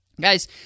guys